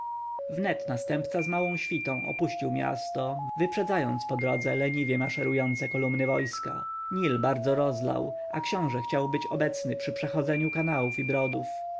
wnet następca z małą świtą opuścił miasto wyprzedzając po drodze leniwie maszerujące kolumny wojsk nil bardzo rozlał a książę chciał być obecny przy przechodzeniu kanałów i brodów